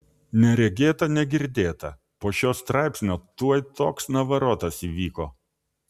neregėta negirdėta po šio straipsnio tuoj toks navarotas įvyko